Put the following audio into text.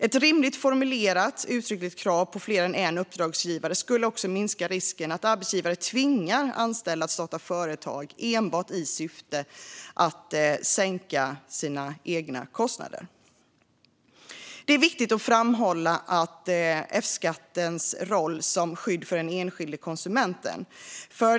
Ett rimligt formulerat, uttryckligt krav på fler än en uppdragsgivare skulle minska risken för att arbetsgivare tvingar anställda att starta företag enbart i syfte att sänka sina egna kostnader. Det är viktigt att framhålla F-skattens roll som skydd för den enskilde konsumenten.